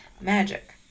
Magic